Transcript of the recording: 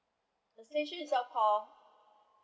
the station itself called